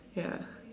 ya